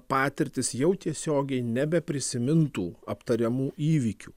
patirtis jau tiesiogiai nebeprisimintų aptariamų įvykių